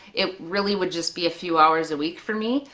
it really would just be a few hours a week for me,